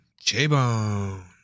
J-Bone